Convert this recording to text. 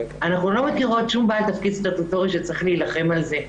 אנחנו לא מכירות שום בעל תפקיד סטטוטורי שצריך להילחם על זה.